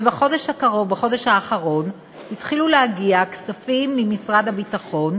ובחודש האחרון התחילו להגיע כספים ממשרד הביטחון,